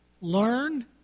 learn